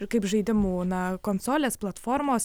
ir kaip žaidimų na konsolės platformos